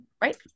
Right